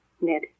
Ned